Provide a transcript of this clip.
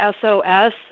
sos